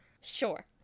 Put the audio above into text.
Sure